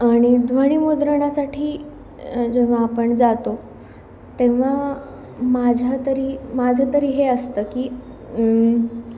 आणि ध्वनिमुद्रणासाठी जेव्हा आपण जातो तेव्हा माझ्या तरी माझं तरी हे असतं की